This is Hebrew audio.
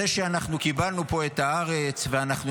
זה שאנחנו קיבלנו פה את הארץ ואנחנו